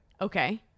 Okay